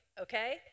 Okay